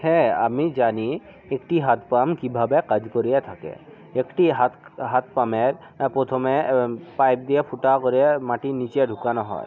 হ্যাঁ আমি জানি একটি হাত পাম্প কীভাবে কাজ করিয়ে থাকে একটি হাত হাত পাম্পের প্রথমে পাইপ দিয়ে ফুটা করে মাটির নীচে ঢোকানো হয়